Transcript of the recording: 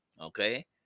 Okay